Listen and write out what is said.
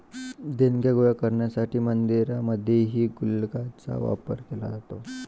देणग्या गोळा करण्यासाठी मंदिरांमध्येही गुल्लकांचा वापर केला जातो